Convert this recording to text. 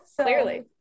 clearly